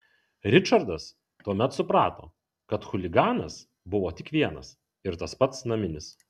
ričardas tuomet suprato kad chuliganas buvo tik vienas ir tas pats naminis